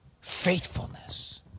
faithfulness